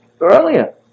Earlier